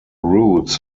routes